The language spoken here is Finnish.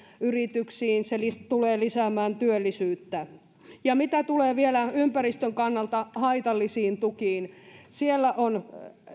yrityksiin se tulee lisäämään työllisyyttä ja mitä tulee vielä ympäristön kannalta haitallisiin tukiin siellä on